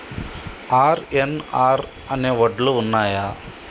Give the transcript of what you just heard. RNR N R ఉన్నయా?